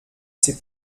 ces